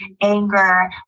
anger